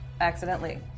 accidentally